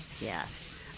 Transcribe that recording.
Yes